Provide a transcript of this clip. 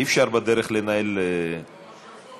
אי-אפשר בדרך לנהל ויכוחים.